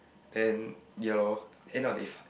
then ya lor then what if